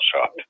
shop